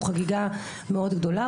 הוא חגיגה מאוד גדולה,